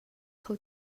kho